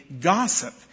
gossip